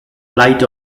light